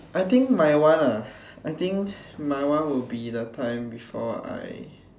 I think my one ah I think my one will be the time before I